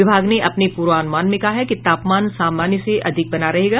विभाग ने अपने पूर्वानुमान में कहा है कि तापमान सामान्य से अधिक बना रहेगा